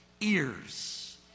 ears